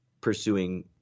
pursuing